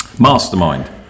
Mastermind